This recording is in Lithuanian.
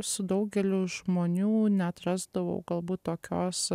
su daugeliu žmonių neatrasdavau galbūt tokios